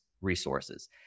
resources